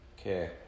Okay